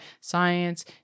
science